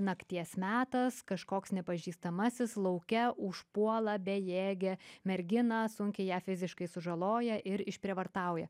nakties metas kažkoks nepažįstamasis lauke užpuola bejėgę merginą sunkiai ją fiziškai sužaloja ir išprievartauja